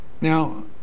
Now